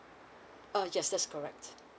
oh yes that's correct